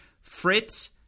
Fritz